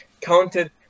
counted